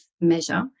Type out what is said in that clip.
measure